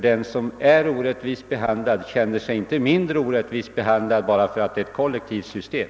Den som är orättvist behandlad känner sig inte mindre orättvist behandlad enbart därför att det är fråga om ett kollektivt system.